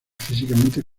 físicamente